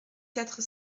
quatre